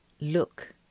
look